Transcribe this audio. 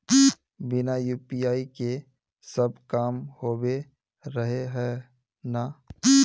बिना यु.पी.आई के सब काम होबे रहे है ना?